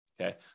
okay